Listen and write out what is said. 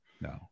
no